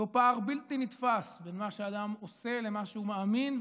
אותו פער בלתי נתפס בין מה שאדם עושה למה שהוא מאמין,